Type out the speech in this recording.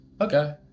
Okay